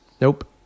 nope